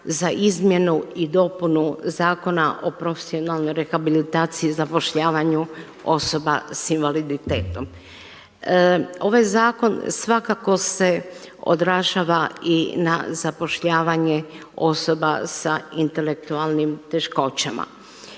za izmjenu i dopunu Zakona o profesionalnoj rehabilitaciji, zapošljavanju osoba sa invaliditetom. Ovaj zakon svakako se održava i na zapošljavanje osoba sa intelektualnim teškoćama.